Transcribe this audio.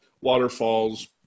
waterfalls